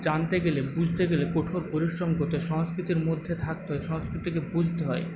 জানতে গেলে বুঝতে গেলে কঠোর পরিশ্রম করতে হয় সংস্কৃতির মধ্যে থাকতে হয় সংস্কৃতিকে বুঝতে হয়